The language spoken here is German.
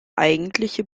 eigentliche